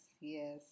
yes